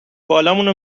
بالامونو